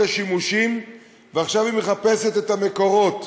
השימושים ועכשיו היא מחפשת את המקורות,